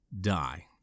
die